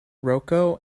rocco